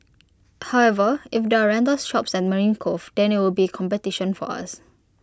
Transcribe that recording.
however if there are rental shops at marine Cove then IT would be competition for us